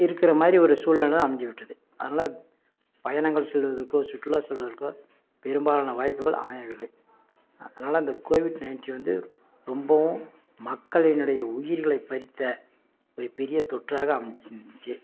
இருக்கிற மாதிரி ஒரு சூழ்நெல தான் அமைஞ்சு விட்டது அதனால பயணங்கள் செல்வதற்கோ சுற்றுலா செல்வதற்கோ பெரும்பாலான வாய்ப்புகள் அமையவில்லை அ அதனால் அந்த கோவிட் நயன்டி வந்து ரொம்பவும் மக்களினுடைய உயிர்களை பறித்த ஒரு பெரிய தொற்றாக அமைஞ்சுருந்துச்சு